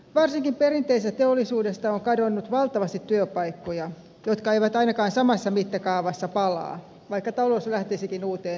varsinkin perinteisestä teollisuudesta on kadonnut valtavasti työpaikkoja jotka eivät ainakaan samassa mittakaavassa palaa vaikka talous lähtisikin uuteen nousuun